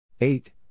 Eight